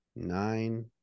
nine